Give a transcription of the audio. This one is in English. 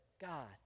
God